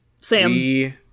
Sam